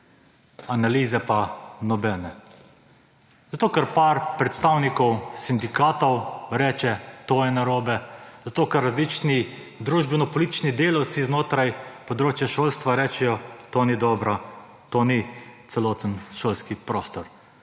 analize pa nobene, zato ker par predstavnikov sindikatov reče, to je narobe, zato ker različni družbenopolitični delavci znotraj področja šolstva rečejo, to ni dobro, to ni celoten šolski prostor.